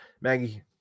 Maggie